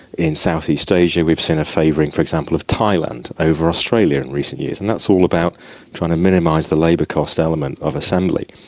in southeast asia we've seen a favouring, for example, of thailand over australia in recent years, and that's all about trying to minimise the labour cost element of assembly.